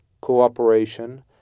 cooperation